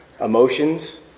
emotions